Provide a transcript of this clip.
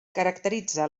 caracteritza